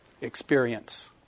experience